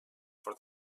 for